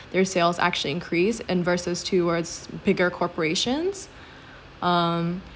their sales actually increased and versus towards bigger corporations um